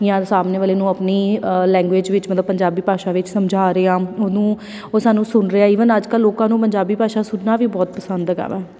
ਜਾਂ ਸਾਹਮਣੇ ਵਾਲੇ ਨੂੰ ਆਪਣੀ ਲੈਂਗੁਏਜ ਵਿੱਚ ਮਤਲਬ ਪੰਜਾਬੀ ਭਾਸ਼ਾ ਵਿੱਚ ਸਮਝਾ ਰਹੇ ਹਾਂ ਉਹਨੂੰ ਉਹ ਸਾਨੂੰ ਸੁਣ ਰਿਹਾ ਈਵਨ ਅੱਜ ਕੱਲ੍ਹ ਲੋਕਾਂ ਨੂੰ ਪੰਜਾਬੀ ਭਾਸ਼ਾ ਸੁਣਨਾ ਵੀ ਬਹੁਤ ਪਸੰਦ ਹੈਗਾ ਵੈ